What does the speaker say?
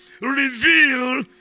reveal